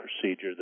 procedure